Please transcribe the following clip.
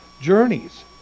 journeys